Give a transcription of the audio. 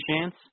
chance